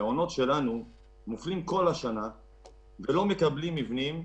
המעונות שלנו מופלים כל השנה בכך שהם לא מקבלים מבנים.